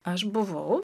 aš buvau